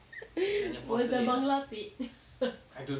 was the bangla paid